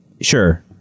sure